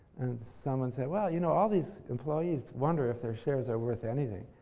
someone said, well, you know all these employees wonder if their shares are worth anything.